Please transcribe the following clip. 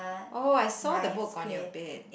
oh I saw the book on your bed